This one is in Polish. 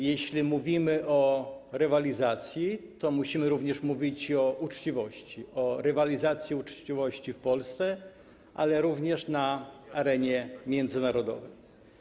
Jeśli mówimy o rywalizacji, to musimy również mówić o uczciwości, o rywalizacji uczciwości w Polsce, ale również na arenie międzynarodowej.